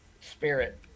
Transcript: spirit